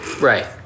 Right